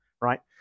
right